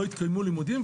לא יתקיימו לימודים.